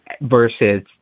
versus